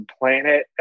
planet